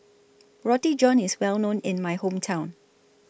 Roti John IS Well known in My Hometown